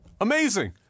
Amazing